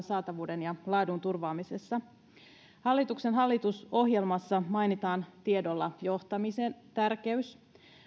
saatavuuden ja laadun turvaamisessa hallitusohjelmassa mainitaan tiedolla johtamisen tärkeys